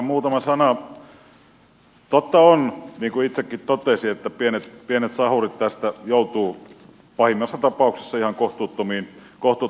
totta on niin kuin itsekin totesin että pienet sahurit tästä joutuvat pahimmassa tapauksessa ihan kohtuuttomiin vaikeuksiin